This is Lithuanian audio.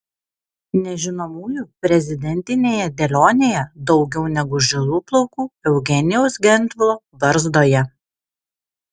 nežinomųjų prezidentinėje dėlionėje daugiau negu žilų plaukų eugenijaus gentvilo barzdoje